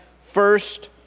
first